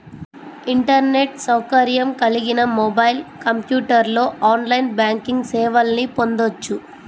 internet సౌకర్యం కలిగిన mobile, కంప్యూటర్లో ఆన్లైన్ బ్యాంకింగ్ సేవల్ని పొందొచ్చు